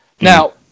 now